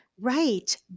Right